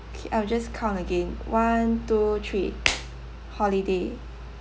K I'll just count again one two three holiday